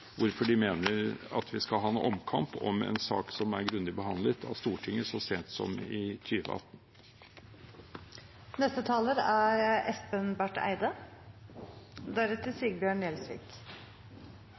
hvorfor de mener at vi skal ha en omkamp om en sak som er grundig behandlet av Stortinget så sent som i 2018. Det er